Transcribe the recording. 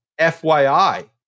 FYI